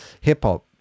hip-hop